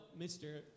Mr